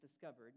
discovered